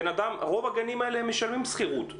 רוב הגנים האלה משלמים שכירות.